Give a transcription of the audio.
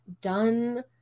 Done